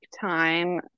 time